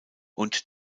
und